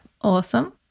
Awesome